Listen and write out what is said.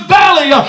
valley